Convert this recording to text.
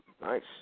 Nice